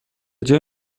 جای